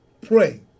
pray